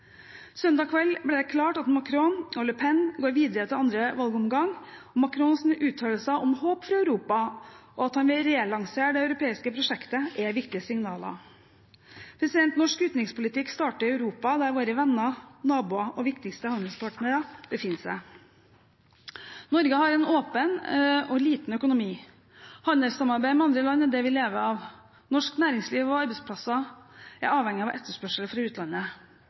Søndag kveld ble det klart at Macron og Le Pen går videre til andre valgomgang. Macrons uttalelser om håp for Europa og at han vil relansere det europeiske prosjektet, er viktige signaler. Norsk utenrikspolitikk starter i Europa, der våre venner, naboer og viktigste handelspartnere befinner seg. Norge har en åpen og liten økonomi. Handelssamarbeid med andre land er det vi lever av. Norsk næringsliv og norske arbeidsplasser er avhengig av etterspørsel fra utlandet.